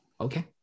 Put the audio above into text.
Okay